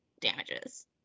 damages